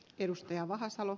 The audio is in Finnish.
arvoisa puhemies